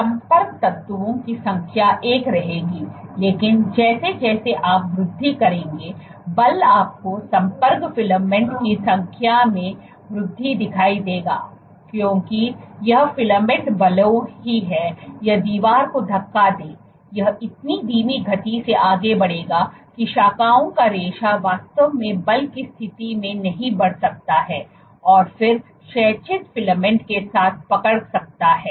तो संपर्क तंतुओं की संख्या एक रहेगी लेकिन जैसे जैसे आप वृद्धि करेंगे बल आपको संपर्क फिलामेंट की संख्या में वृद्धि दिखाई देगा क्योंकि यह फिलामेंट भले ही यह दीवार को धक्का दे यह इतनी धीमी गति से आगे बढ़ेगा कि शाखाओं का रेशा वास्तव में बल की स्थिति में नहीं बढ़ सकता है और फिर क्षैतिज फिलामेंट के साथ पकड़ सकता है